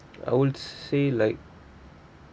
I would say like